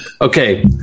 Okay